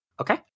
Okay